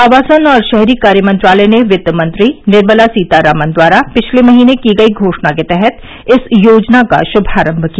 आवासन और शहरी कार्य मंत्रालय ने वित्त मंत्री निर्मला सीतारामन द्वारा पिछले महीने की गई घोषणा के तहत इस योजना का श्भारम्भ किया